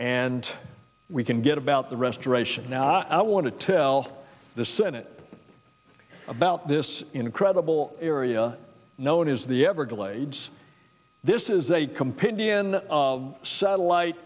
and we can get about the restoration now i want to tell the senate about this incredible area known as the everglades this is a compendium in satellite